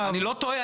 אני לא טועה,